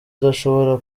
udashobora